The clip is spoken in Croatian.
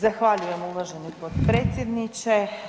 Zahvaljujem, uvaženi potpredsjedniče.